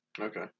Okay